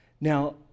Now